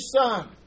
son